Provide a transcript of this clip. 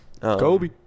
Kobe